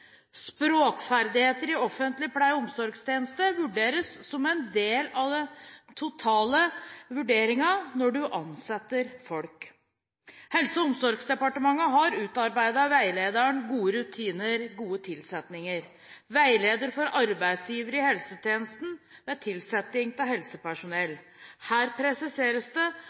Språkferdigheter i offentlig pleie- og omsorgstjeneste er en del av totalvurderingen når en ansetter folk. Helse- og omsorgsdepartementet har utarbeidet veilederen «Gode rutiner – gode tilsettinger. Veileder for arbeidsgivere i helsetjenesten ved tilsetting av helsepersonell». Her presiseres det